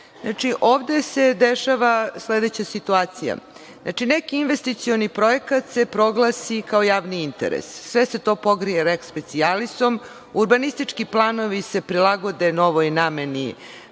se dešava sledeća situacija. Neki investicioni projekat se proglasi kao javni interes, sve se to pokrije lex specialis-om, urbanistički planovi se prilagode novoj nameni